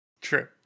True